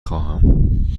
خواهم